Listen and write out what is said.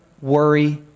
worry